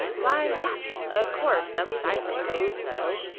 why, yes, of course, at least i suppose so,